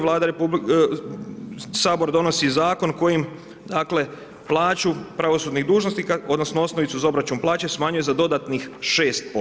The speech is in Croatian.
Vlada RH, Sabor donosi zakon kojim dakle plaću pravosudnih dužnosnika, odnosno osnovicu za obračun plaće smanjuje za dodatnih 6%